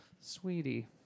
sweetie